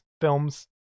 films